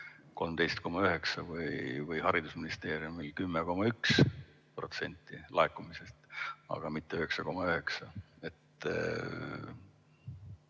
13,9% ja haridusministeerium 10,1% laekumisest, aga mitte 9,9%.